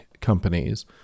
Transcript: companies